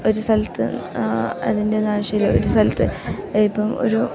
ഒരു സ്ഥലത്ത് അതിൻ്റെയൊന്നും ആവശ്യമില്ല ഒരു സ്ഥലത്ത് ഇപ്പം ഒരു